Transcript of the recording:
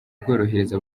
bworohereza